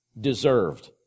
deserved